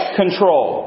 control